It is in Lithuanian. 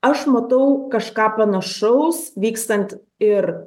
aš matau kažką panašaus vykstant ir